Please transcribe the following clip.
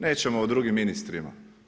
Nećemo o drugim ministrima.